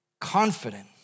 confident